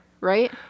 right